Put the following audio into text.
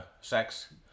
sex